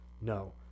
No